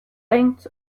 length